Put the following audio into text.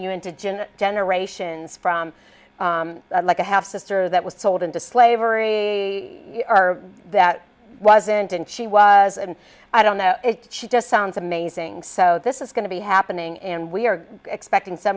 you into gin generations from like a half sister that was sold into slavery that wasn't and she was and i don't know she just sounds amazing so this is going to be happening and we're expecting s